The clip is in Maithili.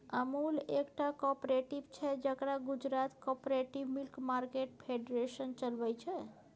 अमुल एकटा कॉपरेटिव छै जकरा Gujarat cooperative milk market federation चलबै छै